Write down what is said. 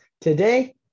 Today